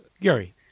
Gary